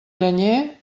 llenyer